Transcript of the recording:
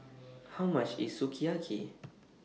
How much IS Sukiyaki